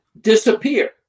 disappear